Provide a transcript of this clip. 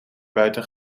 buiten